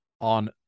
on